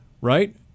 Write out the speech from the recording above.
right